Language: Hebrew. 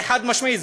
זה חד-משמעי,